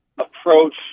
approach